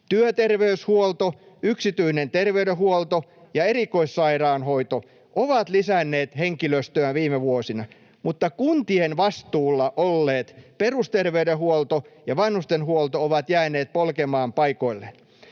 Työterveyshuolto, yksityinen terveydenhuolto ja erikoissairaanhoito ovat lisänneet henkilöstöään viime vuosina, mutta kuntien vastuulla olleet perusterveydenhuolto ja vanhustenhuolto ovat jääneet polkemaan paikoilleen.